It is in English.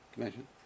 Imagine